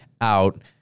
out